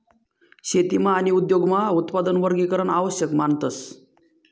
शेतीमा आणि उद्योगमा उत्पादन वर्गीकरण आवश्यक मानतस